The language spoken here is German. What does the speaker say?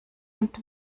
und